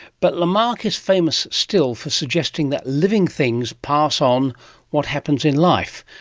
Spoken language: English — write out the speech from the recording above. but lamarck is famous still for suggesting that living things pass on what happens in life,